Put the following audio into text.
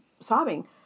sobbing